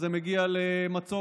אז זה מגיע למצוק,